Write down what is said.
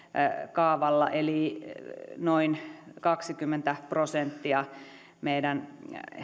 kaavalla eli noin kaksikymmentä prosenttia meidän